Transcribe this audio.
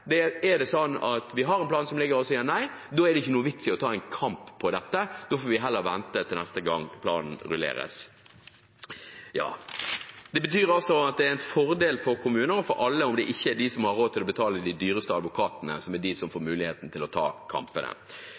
ok, er det sånn at man har en plan og man får nei, er det ingen vits i å ta en kamp om dette, da må man heller vente til neste gang planen rulleres. Det er en fordel for kommunen og for alle at det ikke er de som har råd til å betale de dyreste advokatene, som får mulighet til å ta kampene.